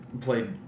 played